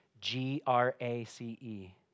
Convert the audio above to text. G-R-A-C-E